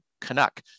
Canuck